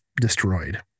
destroyed